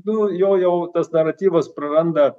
nu jo jau tas naratyvus praranda